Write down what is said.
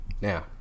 Now